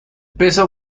peso